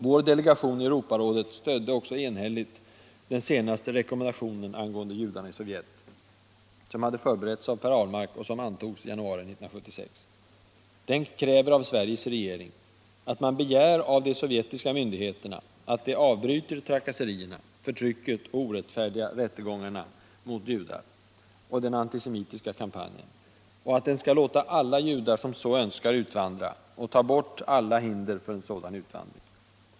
Vår delegation i Europarådet stödde också enhälligt den senaste rekommendationen angående judarna i Sovjet, som hade förberetts av Per Ahlmark och som antogs i januari 1976. Den kräver av Sveriges regering att man begär av de sovjetiska myndigheterna att de avbryter trakasserierna, förtrycket och de orättfärdiga rättegångarna mot judar och den antisemitiska kampanjen, och att de skall låta alla judar som så önskar utvandra, och ta bort alla hinder för en sådan utvandring.